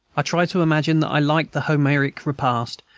i tried to imagine that i liked the homeric repast,